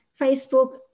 Facebook